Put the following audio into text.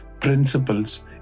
principles